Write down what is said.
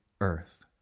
earth